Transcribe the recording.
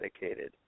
dedicated